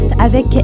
avec